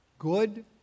good